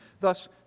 Thus